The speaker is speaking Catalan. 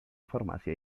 farmàcia